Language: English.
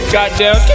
Goddamn